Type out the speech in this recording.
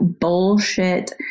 bullshit